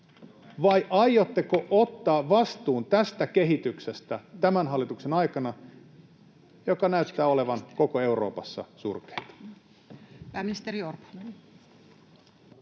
koputtaa] ottaa vastuun tästä kehityksestä tämän hallituksen aikana, joka näyttää olevan koko Euroopassa surkein?